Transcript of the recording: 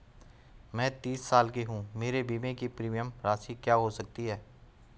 मैं तीस साल की हूँ मेरे बीमे की प्रीमियम राशि क्या हो सकती है?